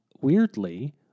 weirdly